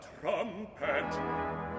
trumpet